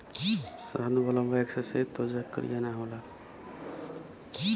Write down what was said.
शहद वाला वैक्स से त्वचा करिया ना होला